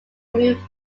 moved